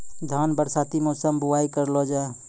धान बरसाती मौसम बुवाई करलो जा?